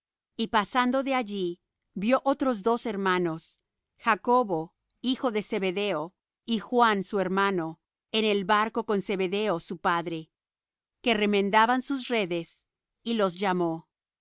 y pasando de allí vió otros dos hermanos jacobo hijo de zebedeo y juan su hermano en el barco con zebedeo su padre que remendaban sus redes y los llamó